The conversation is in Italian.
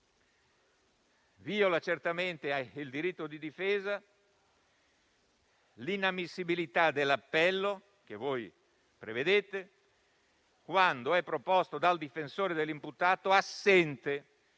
viola certamente il diritto di difesa l'inammissibilità dell'appello, che voi prevedete, quando è proposto dal difensore dell'imputato assente